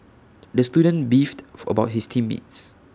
the student beefed for about his team mates